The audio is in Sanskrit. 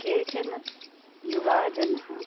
केचन युवजनः